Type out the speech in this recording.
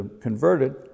converted